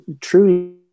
truly